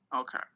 Okay